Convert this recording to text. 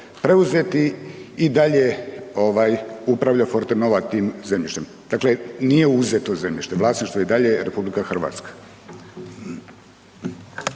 preuzeti i dalje upravljaju Forte Nova tim zemljištem, dakle nije uzeto zemljište, vlasništvo je i dalje RH.